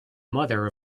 mother